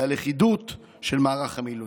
והלכידות של מערך המילואים.